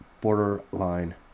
borderline